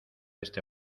este